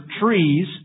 trees